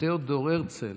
תיאודור הרצל,